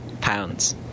pounds